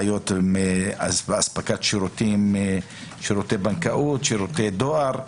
יש בעיות עם אספקת שירותיי בנקאות, שירותי דואר.